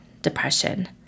depression